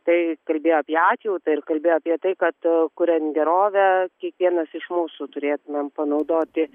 tai kalbėjo apie atjautą ir kalbėjo apie tai kad kuriant gerovę kiekvienas iš mūsų turėtumėm panaudoti